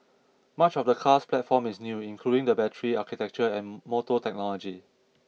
much of the car's platform is new including the battery architecture and motor technology